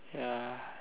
ya